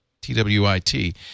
T-W-I-T